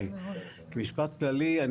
כללי,